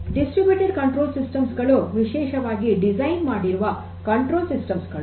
distributed ನಿಯಂತ್ರಕ system ಗಳು ವಿಶೇಷವಾಗಿ ಡಿಸೈನ್ ಮಾಡಿರುವ ನಿಯಂತ್ರಕ ಸಿಸ್ಟಮ್ಸ್ ಗಳು